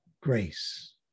grace